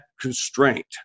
constraint